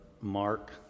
Mark